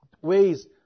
ways